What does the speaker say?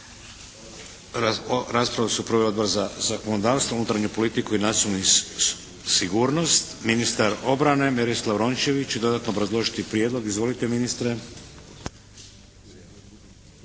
Raspravu su proveli Odbor za zakonodavstvo, unutarnju politiku i nacionalnu sigurnost. Ministar obrane Berislav Rončević će dodatno obrazložiti prijedlog. Izvolite ministre.